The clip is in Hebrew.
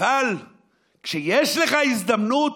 אבל כשיש לך הזדמנות,